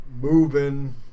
Moving